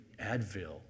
Advil